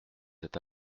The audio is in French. cet